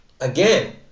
Again